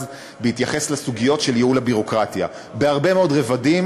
בהתייחס לסוגיות של ייעול הביורוקרטיה בהרבה מאוד רבדים,